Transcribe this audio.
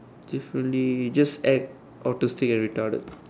differently just act autistic and retarded